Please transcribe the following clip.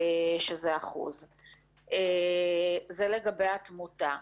שזה 1%. זה לגבי התמותה.